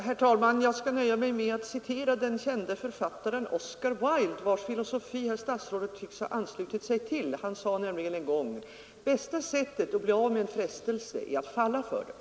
Herr talman! Jag skall nöja mig med att citera den kände författaren Oscar Wilde, vars filosofi statsrådet tycks ha anslutit sig till. Han sade en gång, att bästa sättet att bli av med en frestelse är att falla för den.